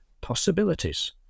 possibilities